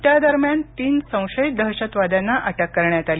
त्या दरम्यान तीन संशयित दहशतवाद्यांना अटक करण्यात आली